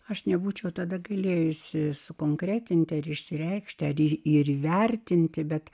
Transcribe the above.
aš nebūčiau tada galėjusi sukonkretinti ar išsireikšti ar įvertinti bet